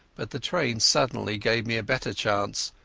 but the train suddenly gave me a better chance,